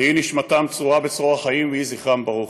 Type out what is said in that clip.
תהי נשמתם צרורה בצרור החיים ויהי זכרם ברוך.